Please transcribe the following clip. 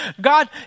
God